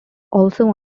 also